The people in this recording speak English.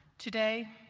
today,